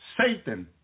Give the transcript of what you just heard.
Satan